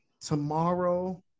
Tomorrow